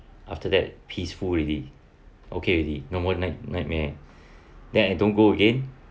after that peaceful already okay already no more night nightmare then I don't go again